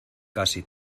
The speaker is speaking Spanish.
casi